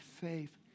faith